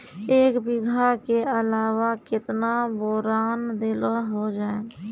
एक बीघा के अलावा केतना बोरान देलो हो जाए?